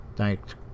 Thanks